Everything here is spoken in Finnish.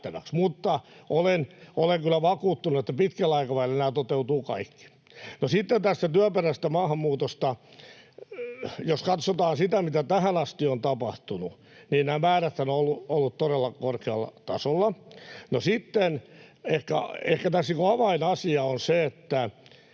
mutta olen kyllä vakuuttunut, että pitkällä aikavälillä nämä toteutuvat kaikki. No, sitten tästä työperäisestä maahanmuutosta: Jos katsotaan sitä, mitä tähän asti on tapahtunut, niin nämä määräthän ovat olleet todella korkealla tasolla. Ehkä tässä avainasia on se,